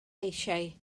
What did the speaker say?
eisiau